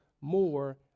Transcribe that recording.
more